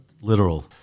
literal